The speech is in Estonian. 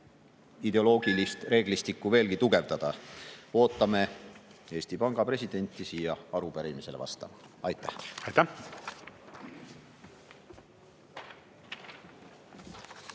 ideoloogilist reeglistikku veelgi tugevdada. Ootame Eesti Panga presidenti siia arupärimisele vastama. Aitäh!